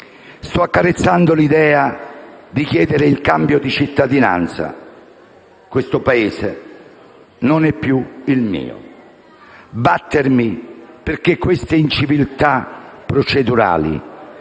«Sto accarezzando l'idea di chiedere il cambio di cittadinanza. Questo Paese non è più il mio». (…) «Battermi perché queste inciviltà procedurali,